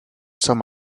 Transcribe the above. some